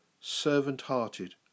servant-hearted